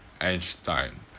Einstein